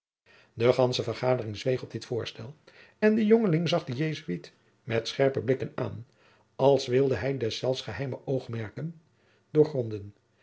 de gandsche vergadering zweeg op dit voorstel en de jongeling zag den jesuit met scherpe blikken aan als wilde hij deszelfs geheime oogmerken doorgronden